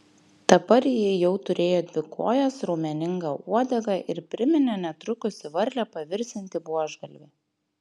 dabar ji jau turėjo dvi kojas raumeningą uodegą ir priminė netrukus į varlę pavirsiantį buožgalvį